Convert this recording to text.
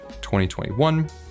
2021